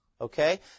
Okay